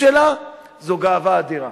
זו גאווה אדירה.